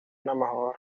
n’amahoro